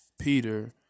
Peter